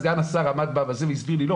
סגן השר עמד --- והסביר לי 'לא,